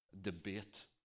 debate